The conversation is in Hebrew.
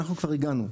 אנחנו כבר הגענו.